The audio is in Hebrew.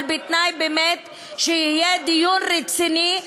אבל בתנאי שיהיה דיון רציני באמת,